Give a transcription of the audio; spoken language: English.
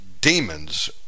demons